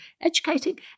educating